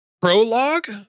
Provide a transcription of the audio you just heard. prologue